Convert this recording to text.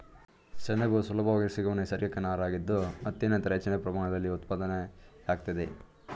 ಸೆಣಬು ಸುಲಭವಾಗಿ ಸಿಗುವ ನೈಸರ್ಗಿಕ ನಾರಾಗಿದ್ದು ಹತ್ತಿ ನಂತರ ಹೆಚ್ಚಿನ ಪ್ರಮಾಣದಲ್ಲಿ ಉತ್ಪಾದನೆಯಾಗ್ತದೆ